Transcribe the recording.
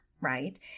right